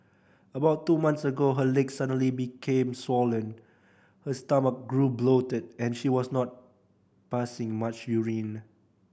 about two months ago her legs suddenly became swollen her stomach grew bloated and she was not passing much urine